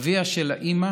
אביה של האם,